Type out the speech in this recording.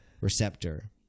Receptor